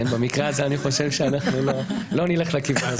במקרה הזה אני חושב שאנחנו לא נלך לכיוון הזה.